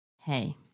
Hey